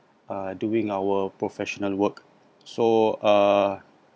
uh doing our professional work so uh